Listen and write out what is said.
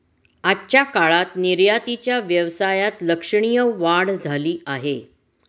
आजच्या काळात निर्यातीच्या व्यवसायात लक्षणीय वाढ झाली आहे